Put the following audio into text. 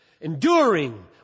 enduring